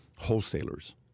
wholesalers